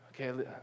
okay